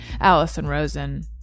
AllisonRosen